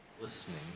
Listening